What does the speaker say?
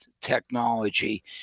technology